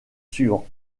suivant